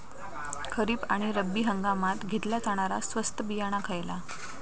खरीप आणि रब्बी हंगामात घेतला जाणारा स्वस्त बियाणा खयला?